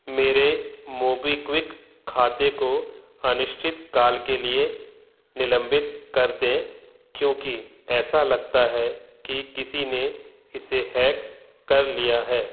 मेरे मोबीक्विक खाते को अनिश्चित काल के लिए निलंबित कर दें क्योंकि ऐसा लगता है कि किसी ने इसे हैक कर लिया है